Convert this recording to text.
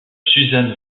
suzanne